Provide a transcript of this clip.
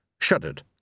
shuddered